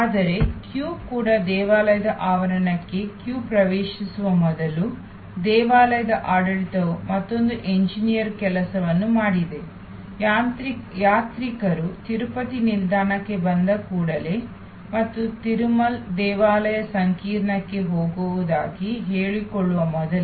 ಆದರೆ ಸರದಿ ಕೂಡ ದೇವಾಲಯದ ಆವರಣಕ್ಕೆ ಸರದಿ ಪ್ರವೇಶಿಸುವ ಮೊದಲು ದೇವಾಲಯದ ಆಡಳಿತವು ಮತ್ತೊಂದು ಎಂಜಿನಿಯರ್ಗಳ ಕೆಲಸವನ್ನು ಮಾಡಿದೆ ಯಾತ್ರಿಕರು ತಿರುಪತಿ ನಿಲ್ದಾಣಕ್ಕೆ ಬಂದ ಕೂಡಲೇ ಮತ್ತು ತಿರುಮಲ್ ದೇವಾಲಯ ಸಂಕೀರ್ಣಕ್ಕೆ ಹೋಗುವುದಾಗಿ ಹೇಳಿಕೊಳ್ಳುವ ಮೊದಲೇ